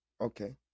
okay